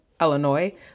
Illinois